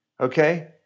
okay